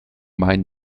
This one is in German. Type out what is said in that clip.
main